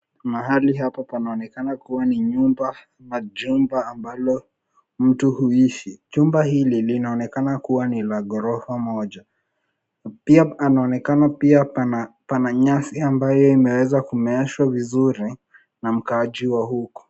Mahali hapa panaoneka kuwa ni nyumba ama jumba ambalo mtu huishi. Jumba hili linaonekana kuwa ni la ghorofa moja. Pia anaonekana pia pana nyasi ambayo imeweza kumeeshwa vizuri na mkaaji wa huku.